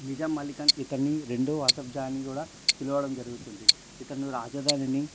నిజాం అలీ ఖాన్ ఇతన్ని రెండవ అసఫ్ జంగ్ కూడా పిలవడం జరుగుతుంది ఇతను రాజధానిని